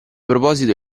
proposito